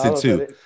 two